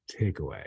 Takeaway